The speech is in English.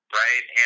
right